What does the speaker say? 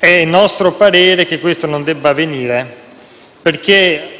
È nostro parere che questo non debba avvenire, perché